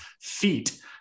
feet